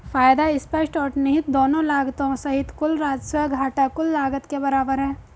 फायदा स्पष्ट और निहित दोनों लागतों सहित कुल राजस्व घटा कुल लागत के बराबर है